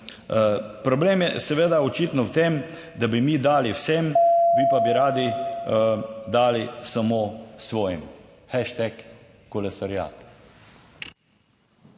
(nadaljevanje) seveda, očitno v tem, da bi mi dali vsem, vi pa bi radi dali samo svojim - hashtag kolesariat.